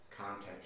Context